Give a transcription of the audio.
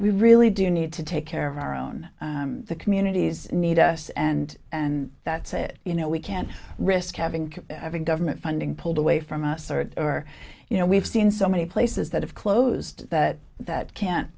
we really do need to take care of our own communities need us and and that's it you know we can't risk having government funding pulled away from a surge or you know we've seen so many places that have closed that that can